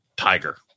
Tiger